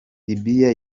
libiya